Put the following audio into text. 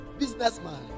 Businessman